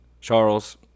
Charles